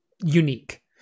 unique